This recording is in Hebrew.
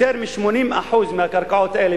יותר מ-80% מהקרקעות האלה,